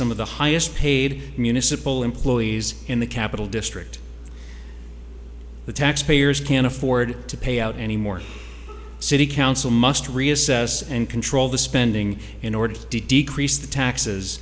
some of the highest paid municipal employees in the capital district the taxpayers can afford to pay out any more city council must reassess and control the spending in order to decrease the taxes